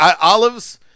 Olives